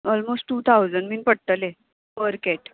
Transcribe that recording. almost two thousand बीन पडटले पर केट